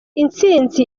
intsinzi